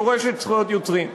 יורשת זכויות יוצרים.